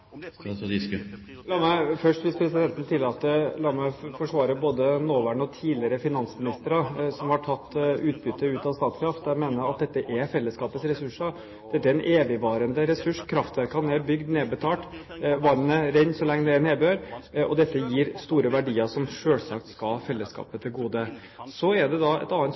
La meg først, hvis presidenten tillater det, forsvare både nåværende og tidligere finansministre som har tatt utbytte av Statkraft. Jeg mener at dette er fellesskapets ressurser. Dette er en evigvarende ressurs, kraftverkene er bygd og nedbetalt. Vannet renner så lenge det er nedbør, og dette gir store verdier som selvsagt skal komme fellesskapet til gode. Så er det et annet